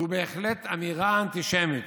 זו בהחלט אמירה אנטישמית,